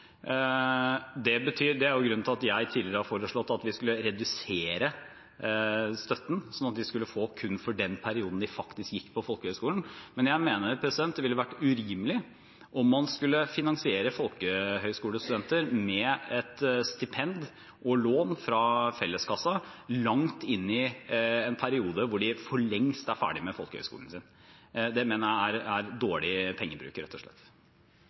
foreslått å redusere støtten, slik at de skulle få kun for den perioden de faktisk går på folkehøyskolen. Jeg mener det ville vært urimelig om man skulle finansiere folkehøyskolestudenter med et stipend og lån fra felleskassen langt inn i en periode hvor de for lengst er ferdig med folkehøyskolen. Det er rett og slett dårlig pengebruk.